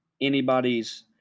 anybody's